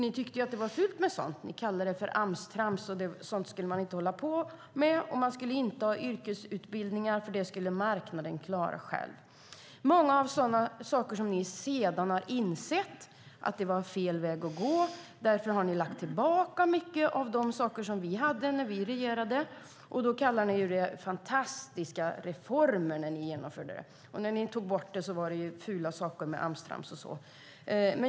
Ni tyckte att det var fult med sådant. Ni kallade det Ams-trams, och sådant skulle man inte hålla på med. Man skulle inte ha yrkesutbildningar, för det skulle marknaden klara själv. Senare insåg ni att det var fel väg att gå, och därför har ni tagit tillbaka mycket av det som vi hade när vi regerade. Nu kallar ni det fantastiska reformer, men när ni tog bort det var det fula saker.